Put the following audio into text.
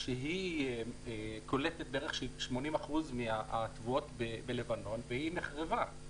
שקולטת בערך 80% מהתבואות בלבנון, והיא נחרבה.